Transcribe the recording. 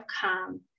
come